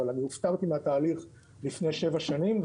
אבל אני הופטרתי מהתהליך לפני שבע שנים,